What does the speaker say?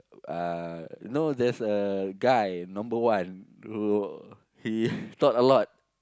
uh know there's a guy number one who he talk a lot